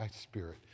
spirit